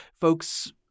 folks